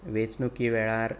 वेंचणुके वेळार